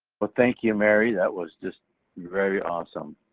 but thank you, mary. that was just very awesome.